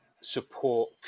support